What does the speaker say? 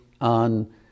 on